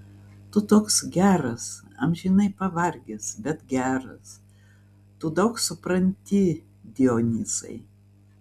tu toks geras amžinai pavargęs bet geras tu daug supranti dionyzai